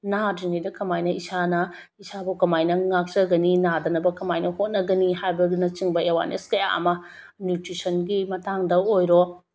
ꯅꯥꯗ꯭ꯔꯤꯉꯩꯗ ꯀꯃꯥꯏꯅ ꯏꯁꯥꯅ ꯏꯁꯥꯕꯨ ꯀꯃꯥꯏꯅ ꯉꯥꯛꯆꯥꯒꯅꯤ ꯅꯥꯗꯅꯕ ꯀꯃꯥꯏꯅ ꯍꯣꯠꯅꯒꯅꯤ ꯍꯥꯏꯕꯗꯨꯅ ꯆꯤꯡꯕ ꯑꯋꯦꯔꯅꯦꯁ ꯀꯌꯥ ꯑꯃ ꯅ꯭ꯌꯨꯇ꯭ꯔꯤꯁꯟꯒꯤ ꯃꯇꯥꯡꯗ ꯑꯣꯏꯔꯣ